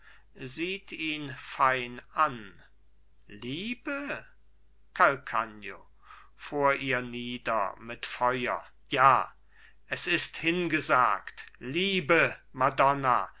sieht ihn fein an liebe calcagno vor ihr nieder mit feuer ja es ist hingesagt liebe madonna